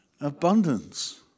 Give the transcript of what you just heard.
abundance